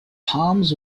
palms